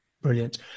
Brilliant